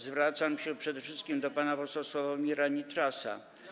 Zwracam się przede wszystkim do pana posła Sławomira Nitrasa.